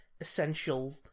essential